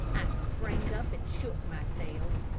i sprang up and shook myself.